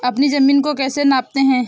अपनी जमीन को कैसे नापते हैं?